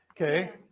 okay